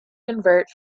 convert